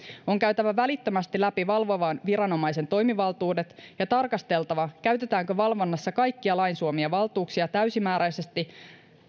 on käytävä välittömästi läpi valvovan viranomaisen toimivaltuudet ja tarkasteltava käytetäänkö valvonnassa kaikkia lain suomia valtuuksia täysimääräisesti